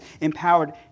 empowered